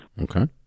Okay